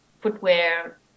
footwear